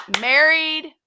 married